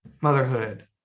motherhood